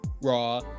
Raw